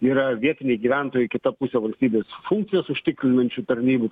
yra vietiniai gyventojai kita pusė valstybės funkcijas užtikrinančių tarnybų